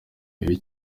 mibi